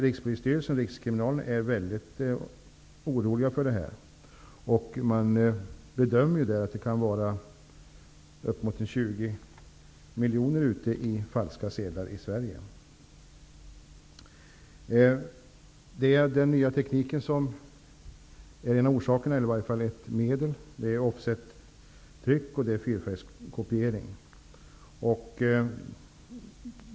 Rikspolisstyrelsen och rikskriminalen är mycket oroliga. Man bedömer att det kan finnas uppemot Den nya tekniken är en orsak, eller åtminstone ett medel. Det gäller offsettryck och fyrfärgskopiering.